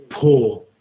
poor